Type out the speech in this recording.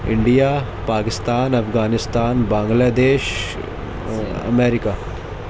India Pakistan Afghanistan Bangladesh America